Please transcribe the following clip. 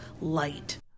light